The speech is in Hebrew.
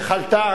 חלתה,